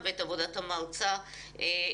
אותך ואת עבודת המועצה בהמשך.